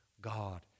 God